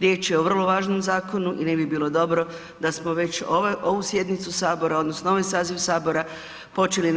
Riječ je o vrlo važnom zakonu i ne bi bilo dobro da smo već ovu sjednicu Sabora odnosno ovaj saziv Sabora počeli